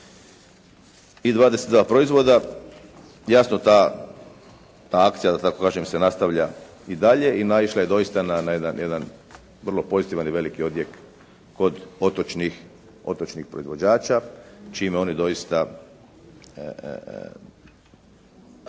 i 22 proizvoda. Jasno ta akcija da tako kažem, se nastavlja i dalje i naišla je doista na jedan vrlo pozitivan i veliki odjek kod otočnih proizvođača čime oni doista